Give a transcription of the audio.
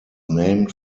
named